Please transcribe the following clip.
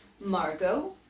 Margot